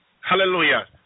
Hallelujah